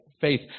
faith